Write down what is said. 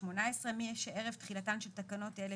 18. מי שערב תחילתן של תקנות אלה